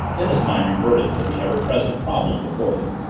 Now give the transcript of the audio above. then his mind reverted to the ever-present problem before them.